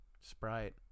Sprite